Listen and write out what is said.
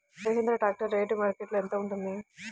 Mahindra tractor rate మార్కెట్లో యెంత ఉంటుంది?